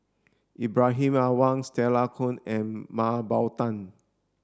Ibrahim Awang Stella Kon and Mah Bow Tan